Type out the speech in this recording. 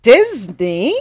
Disney